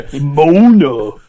Mona